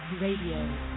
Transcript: Radio